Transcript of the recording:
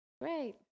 Great